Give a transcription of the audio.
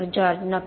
George नक्की